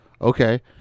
okay